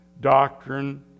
doctrine